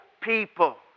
people